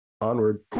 Onward